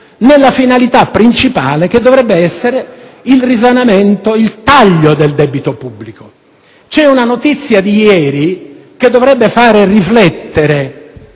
nella finalità principale, che dovrebbe essere il risanamento e il taglio del debito pubblico. C'è una notizia di ieri che dovrebbe fare riflettere